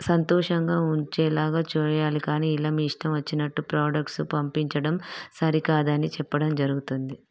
సంతోషంగా ఉంచేలాగా చేయాలి కానీ ఇలా మీఇష్టం వచ్చినట్టు ప్రోడక్ట్సు పంపించడం సరికాదని చెప్పడం జరుగుతుంది